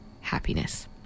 happiness